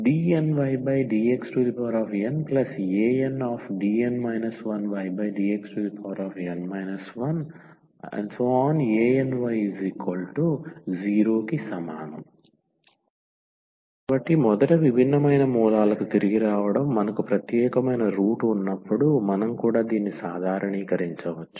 dnydxna1dn 1ydxn 1any0 కాబట్టి మొదట విభిన్నమైన మూలాలకు తిరిగి రావడం మనకు ప్రత్యేకమైన రూట్ ఉన్నప్పుడు మనం కూడా దీన్ని సాధారణీకరించవచ్చు